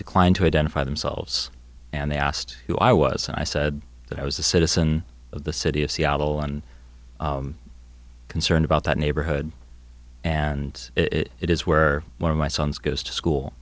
declined to identify themselves and they asked who i was and i said that i was a citizen of the city of seattle and concerned about that neighborhood and it is where one of my sons goes to school